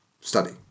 study